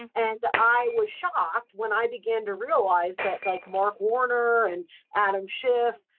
and i was shocked when i began to realize that, like mark warner and adam schiff,